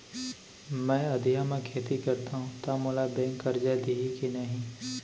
मैं अधिया म खेती करथंव त मोला बैंक करजा दिही के नही?